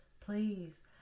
Please